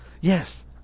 yes